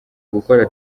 gukora